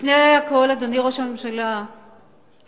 לפני הכול, אדוני ראש הממשלה, השר,